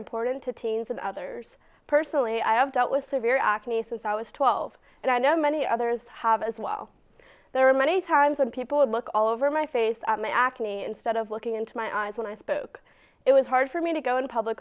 important to teens and others personally i have dealt with severe acne since i was twelve and i know many others have as well there are many times when people would look all over my face at my acne instead of looking into my eyes when i spoke it was hard for me to go in public